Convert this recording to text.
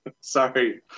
sorry